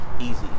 Easy